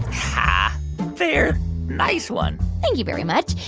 um ah bear nice one thank you beary much.